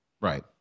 Right